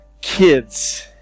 kids